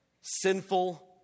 sinful